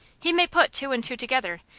he may put two and two together,